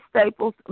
Staples